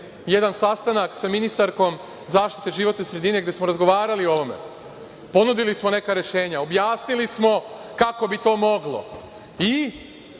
jedan sastanak sa ministarkom zaštite životne sredine, gde smo razgovarali o ovome. Ponudili smo neka rešenja. Objasnili smo kako bi to moglo. I,